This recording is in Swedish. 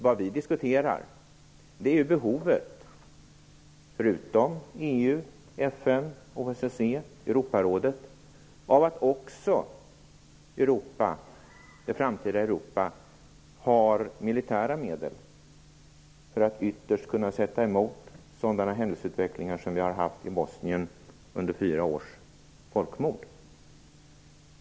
Vad vi diskuterar är behovet av att det framtida Europa förutom EU, FN, OSSE och Europarådet också har militära medel för att ytterst kunna sätta emot sådana händelseutvecklingar som vi har haft i Bosnien under fyra års folkmord.